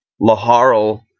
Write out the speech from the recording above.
Laharl